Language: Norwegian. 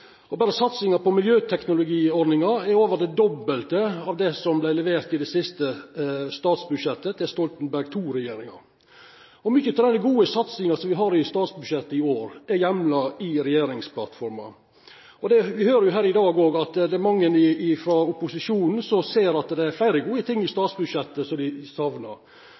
entreprenørskap. Berre satsinga på miljøteknologiordninga er over det dobbelte av det som vart levert i det siste statsbudsjettet til Stoltenberg II-regjeringa. Mykje av denne gode satsinga som me har i statsbudsjett i år, er heimla i regjeringsplattforma. Me høyrer òg i dag at det er mange frå opposisjonen som ser at det er fleire gode ting her i statsbudsjettet som dei